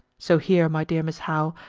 so here, my dear miss howe,